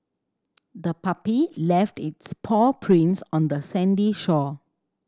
the puppy left its paw prints on the sandy shore